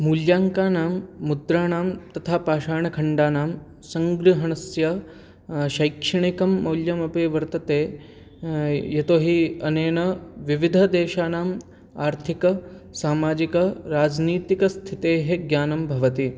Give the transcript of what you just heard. मूल्याङ्कानां मुद्राणां तथा पाषाणखण्डानां सङ्ग्रहणस्य शैक्षणिकं मौल्यमपि वर्तते यतोहि अनेन विविधदेशानाम् आर्थिकसामाजिकराजनीतिकस्थितेः ज्ञानं भवति